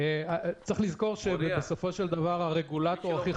צריך לזכור שבסופו של דבר הרגולטור הכי